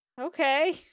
Okay